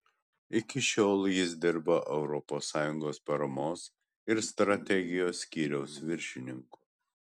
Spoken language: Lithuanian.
iki šiol jis dirbo europos sąjungos paramos ir strategijos skyriaus viršininku